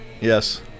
Yes